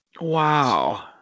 Wow